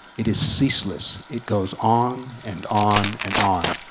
it is ceaseless, it goes on and on and on.